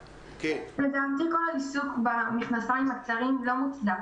לדעתי כל העיסוק במכנסיים הקצרים לא מוצדק.